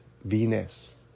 Venus